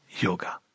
yoga